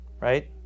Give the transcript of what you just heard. right